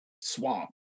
swamp